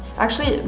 actually,